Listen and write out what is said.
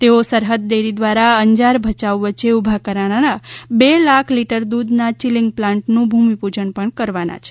તેઓ સરહદ ડેરી દ્વારા અંજાર ભયાઉ વચ્ચે ઉભા કરાનાર બે લાખ લીટર દૂધના ચિલિંગ પ્લાન્ટનું ભૂમિપૂજન પણ કરવાના છે